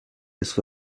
است